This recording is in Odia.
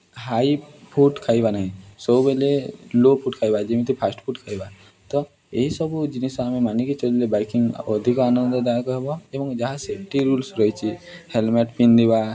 ହାଇ ଫୁଡ଼୍ ଖାଇବା ନାହିଁ ସବୁବେଲେ ଲୋ ଫୁଡ଼୍ ଖାଇବା ଯେମିତି ଫାଷ୍ଟ୍ ଫୁଡ଼୍ ଖାଇବା ତ ଏହିସବୁ ଜିନିଷ ଆମେ ମାନିକି ଚଲିଲେ ବାଇକିଂ ଅଧିକ ଆନନ୍ଦଦାୟକ ହେବ ଏବଂ ଯାହା ସେଫ୍ଟି ରୁଲ୍ସ ରହିଛି ହେଲ୍ମେଟ୍ ପିନ୍ଧିବା